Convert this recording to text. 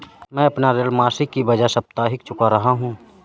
मैं अपना ऋण मासिक के बजाय साप्ताहिक चुका रहा हूँ